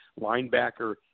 linebacker